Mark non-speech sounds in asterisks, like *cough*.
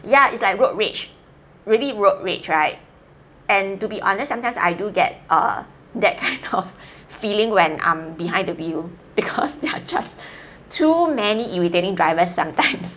ya it's like road rage really road rage right and to be honest sometimes I do get err that kind *laughs* of feeling when I'm behind the wheel because *laughs* there are just too many irritating drivers sometimes *laughs*